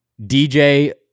DJ